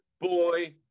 Boy